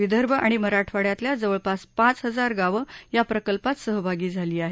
विदर्भ आणि मराठवाङ्यातल्या जवळपास पाच हजार गावं या प्रकल्पात सहभागी झाली आहेत